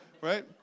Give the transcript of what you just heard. right